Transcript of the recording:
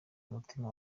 mutima